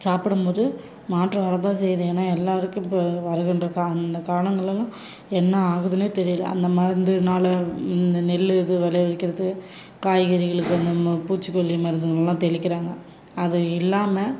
சாப்பிடும்போது மாற்றம் வர தான் செய்யுது ஏன்னா எல்லோருக்கும் இப்போ வருகின்ற அந்த காலங்களெல்லாம் என்ன ஆகுதுன்னே தெரியல அந்த மருந்தினால இந்த நெல் இது விளைவிக்கிறது காய்கறிகளுக்கு நம்ம பூச்சிக்கொல்லி மருந்துகளெல்லாம் தெளிக்கிறாங்க அது இல்லாமல்